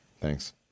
Thanks